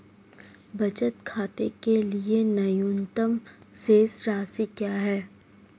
बचत खाते के लिए न्यूनतम शेष राशि क्या है?